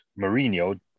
Mourinho